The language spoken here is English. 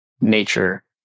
nature